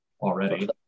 already